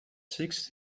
six